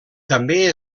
també